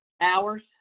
Hours